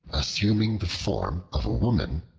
assuming the form of a woman,